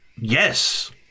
Yes